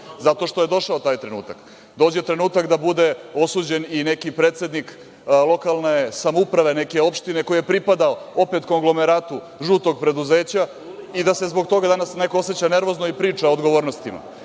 Zato što je došao taj trenutak. Dođe trenutak da bude osuđen i neki predsednik lokalne samouprave neke opštine koji je pripadao opet konglomeratu „žutog preduzeća“ i da se zbog toga danas neko oseća nervozno i priča o odgovornostima.